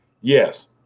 Yes